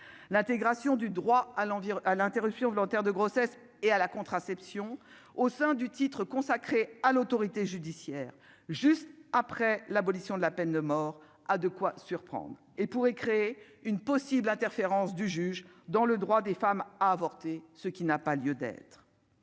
l'intégration du droit à l'envers à l'interruption volontaire de grossesse et à la contraception au sein du titre consacré à l'autorité judiciaire, juste après l'abolition de la peine de mort, a de quoi surprendre et pourrait créer une possible interférence du juge dans le droit des femmes à avorter, ce qui n'a pas lieu d'être